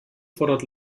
fordert